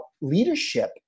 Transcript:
leadership